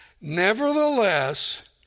nevertheless